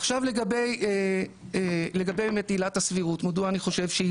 עכשיו לגבי עילת הסבירות מדוע אני חושב שהיא